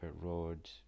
Road